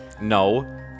No